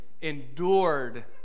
Endured